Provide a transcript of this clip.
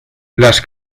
las